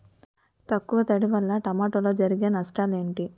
తక్కువ తడి వల్ల టమోటాలో జరిగే నష్టాలేంటి?